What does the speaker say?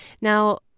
Now